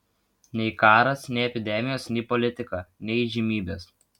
nei karas nei epidemijos nei politika nei įžymybės